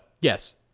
Yes